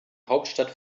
hauptstadt